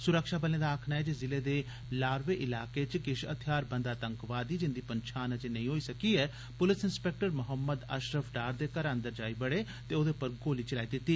सुरखाबलें दा आक्खनाऐ जे जिले दे लारवेइलाके च किश थेआरबंद आतंकवादी जिंदी पंछान अजें नेई होई सकी ऐ पुलसइंसपेक्टर मोहम्मद अशरफ डार दे घरै अंदर जाई बड़े ते ओह्दे पर गोली चलाई दित्ती